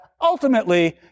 ultimately